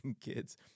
kids